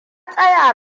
tsaya